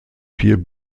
vier